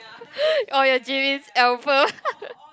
orh your album